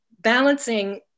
balancing